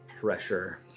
pressure